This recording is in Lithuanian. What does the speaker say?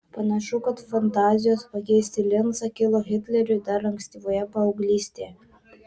panašu kad fantazijos pakeisti lincą kilo hitleriui dar ankstyvoje paauglystėje